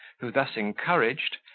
who, thus encouraged,